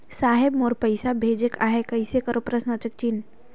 साहेब मोर पइसा भेजेक आहे, कइसे करो?